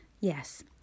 Yes